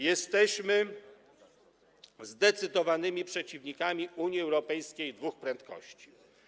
Jesteśmy zdecydowanymi przeciwnikami Unii Europejskiej dwóch prędkości.